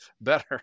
better